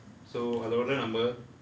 so ஆவது:aavathu